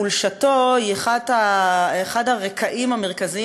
חולשתו היא רקע מרכזי,